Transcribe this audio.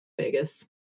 Vegas